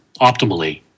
optimally